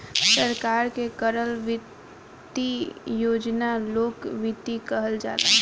सरकार के करल वित्त योजना लोक वित्त कहल जाला